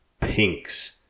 pinks